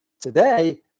today